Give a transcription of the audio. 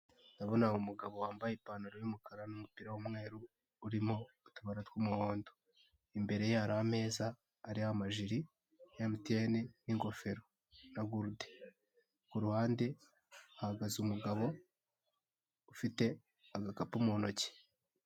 Nabonaga umugabo wambaye ipantaro yumukara numupira w'umweru urimo utubara tw'umuhondo imbere ye hari ameza ariho amajire ya emutiyeni n'ingofero na gurude kuruhande hahagaze umugabo ufite agakapu mu ntoki.